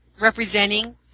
representing